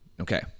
Okay